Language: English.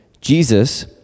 Jesus